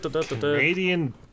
Canadian